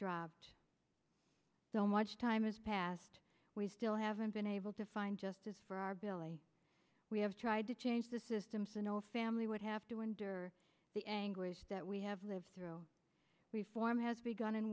dropped so much time has passed we still haven't been able to find justice for our billy we have tried to change the system so no family would have to endure the anguish that we have lived through reform has begun in